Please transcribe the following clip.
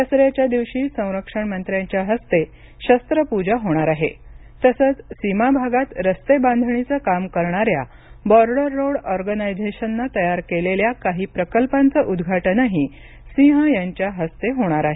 दसऱ्याच्या दिवशी संरक्षण मंत्र्यांच्या हस्ते शस्त्र पूजा होणार आहे तसंच सीमा भागात रस्ते बांधणीचं काम करणाऱ्या बॉर्डर रोड ऑर्गनायझेशननं तयार केलेल्या काही प्रकल्पांचं उद्घाटनही सिंह यांच्या हस्ते होणार आहे